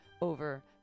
over